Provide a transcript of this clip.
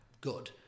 good